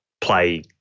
play